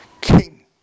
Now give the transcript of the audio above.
king